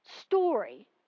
story